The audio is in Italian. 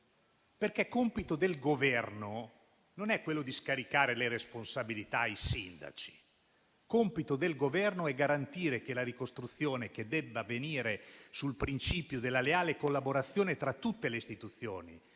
Compito del Governo non è quello di scaricare le responsabilità ai sindaci, ma quello di garantire che la ricostruzione avvenga sul principio della leale collaborazione tra tutte le istituzioni,